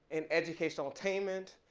in educational attainment,